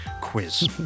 quiz